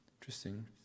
Interesting